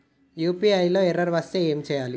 UPI లా error వస్తే ఏం చేయాలి?